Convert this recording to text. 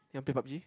you want play PubG